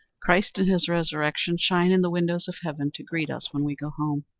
christ, and his resurrection, shine in the windows of heaven to greet us when we go home.